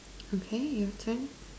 okay your turn